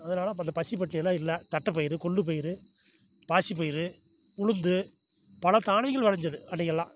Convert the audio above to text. அதனால் அப்ப அந்த பசி பட்டினி எல்லாம் இல்லை தட்டைப்பயிறு கொள்ளுப்பயிறு பாசிப்பயிறு உளுந்து பல தானியங்கள் விளஞ்சது அன்னைக்கு எல்லாம்